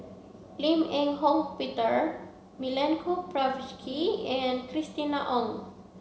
Lim Eng Hock Peter Milenko Prvacki and Christina Ong